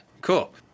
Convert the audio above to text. cool